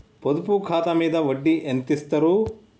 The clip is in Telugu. పొదుపు ఖాతా మీద వడ్డీ ఎంతిస్తరు?